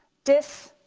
dis,